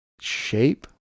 shape